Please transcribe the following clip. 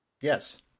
Yes